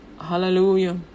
Hallelujah